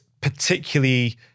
particularly